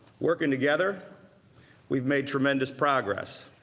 working together we've made tremendous progress,